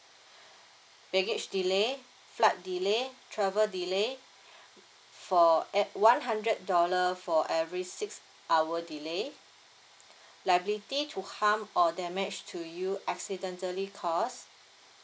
baggage delay flight delay travel delay for at one hundred dollar for every six hour delay liability to harm or damage to you accidentally caused